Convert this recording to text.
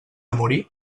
morir